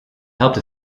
helped